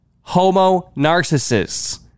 Homo-narcissists